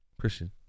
Christian